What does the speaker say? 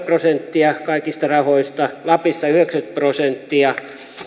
prosenttia kaikista rahoista lapissa yhdeksänkymmentä prosenttia